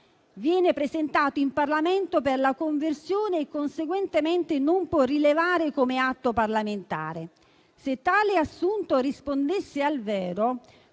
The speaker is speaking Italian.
«viene presentato in Parlamento per la conversione e conseguentemente non può non rilevare come atto parlamentare». Se tale assunto rispondesse al vero,